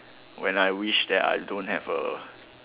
when I wish that I don't have a